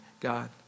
God